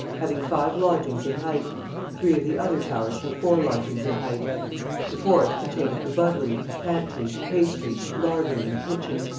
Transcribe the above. having five lodgings in height three of the other towers have four lodgings in height the fourth containeth the buttery, pantry, pastry, lardery, and kitchen.